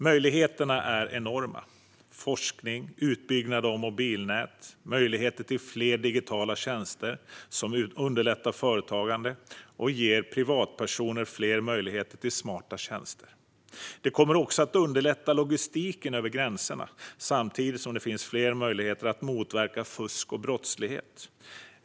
Möjligheterna är enorma för forskning, utbyggnad av mobilnät och fler digitala tjänster som underlättar företagande och ger privatpersoner fler möjligheter till smarta tjänster. Det kommer också att underlätta logistiken över gränserna samtidigt som det finns fler möjligheter att motverka fusk och brottslighet.